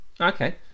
Okay